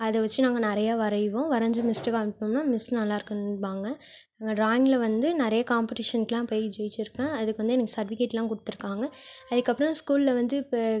அதை வச்சு நாங்கள் நிறைய வரைவோம் வரஞ்சு மிஸ்கிட்ட காமிப்போன்னா மிஸ் நல்லார்க்குன்பாங்க அங்கே ட்ராயிங்கில் வந்து நிறைய காம்பெடிஷன்க்கெலாம் போய் ஜெயிச்சுருக்கேன் அதுக்கு வந்து எனக்கு சர்டிஃபிகேட்டெலாம் கொடுத்துருக்காங்க அதுக்கப்புறம் ஸ்கூலில் வந்து இப்போ